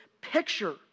picture